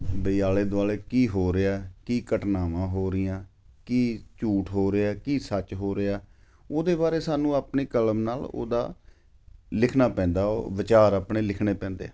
ਬਈ ਆਲੇ ਦੁਆਲੇ ਕੀ ਹੋ ਰਿਹਾ ਕੀ ਘਟਨਾਵਾਂ ਹੋ ਰਹੀਆਂ ਕੀ ਝੂਠ ਹੋ ਰਿਹਾ ਕੀ ਸੱਚ ਹੋ ਰਿਹਾ ਉਹਦੇ ਬਾਰੇ ਸਾਨੂੰ ਆਪਣੀ ਕਲਮ ਨਾਲ ਉਹਦਾ ਲਿਖਣਾ ਪੈਂਦਾ ਵਿਚਾਰ ਆਪਣੇ ਲਿਖਣੇ ਪੈਂਦੇ ਆ